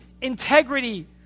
integrity